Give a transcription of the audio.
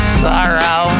sorrow